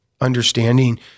understanding